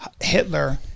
Hitler